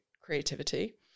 creativity